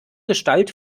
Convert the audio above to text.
gestalt